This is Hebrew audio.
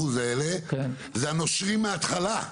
נשמע את העמדה הממשלתית כולה כי פעם קודמת הייתה חסרה,